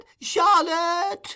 charlotte